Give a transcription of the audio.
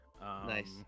Nice